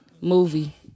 Movie